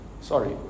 Sorry